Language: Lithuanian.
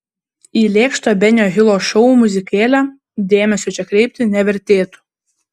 į lėkštą benio hilo šou muzikėlę dėmesio čia kreipti nevertėtų